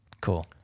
cool